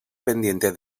pendiente